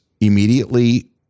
immediately